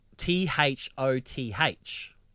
T-H-O-T-H